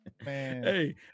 Hey